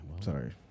Sorry